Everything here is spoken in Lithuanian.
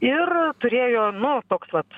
ir turėjo nu toks vat